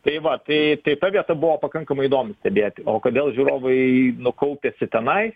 tai va tai tai ta vieta buvo pakankamai įdomi stebėti o kodėl žiūrovai nu kaupėsi tenai